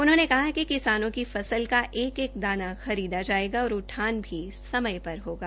उन्होंने कहा कि किसानों की फसल का एक एक दाना खरीदा जायेगा और उठान भी समय पर होगा